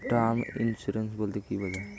Term insurance বলতে কী বোঝায়?